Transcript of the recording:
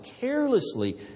carelessly